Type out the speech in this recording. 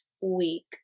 week